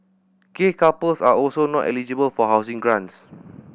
gay couples are also not eligible for housing grants